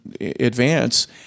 advance